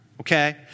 okay